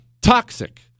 toxic